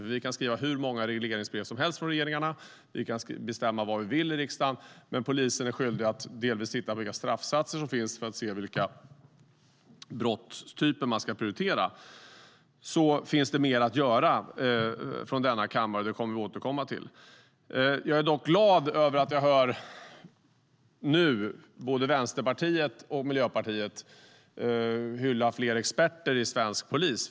Regeringen kan skriva hur många regleringsbrev som helst, och riksdagen kan bestämma vad den vill. Polisen är dock skyldig att titta på vilka straffsatser som finns för att se vilka brottstyper som ska prioriteras. Här finns mer att göra från denna kammare, och det återkommer vi till. Jag är glad att höra att både Vänsterpartiet och Miljöpartiet hyllar fler experter i svensk polis.